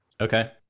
Okay